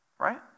right